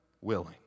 willing